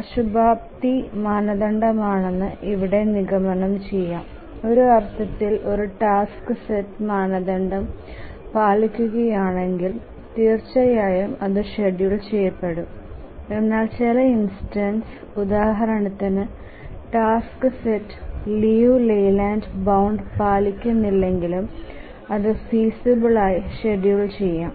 അശുഭാപ്തി മാനദണ്ഡമാണെന്ന് ഇവിടെ നിഗമനം ചെയ്യാം ഒരു അർത്ഥത്തിൽ ഒരു ടാസ്ക് സെറ്റ് മാനദണ്ഡം പാലിക്കുകയാണെങ്കിൽ തീർച്ചയായും അത് ഷെഡ്യൂൾ ചെയ്യപ്പെടും എന്നാൽ ചില ഇൻസ്റ്റൻസ്സ് ഉദാഹരണത്തിന് task set Liu Layland bound പാലിക്കുന്നില്ലെങ്കിലും അത് ഫീസിബിൽ ആയി ഷ്ഡ്യൂൽ ചെയാം